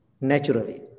naturally